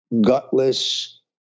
gutless